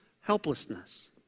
helplessness